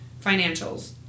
financials